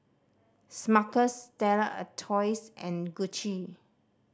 Smuckers Stella Artois and Gucci